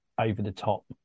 over-the-top